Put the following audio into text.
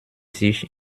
sich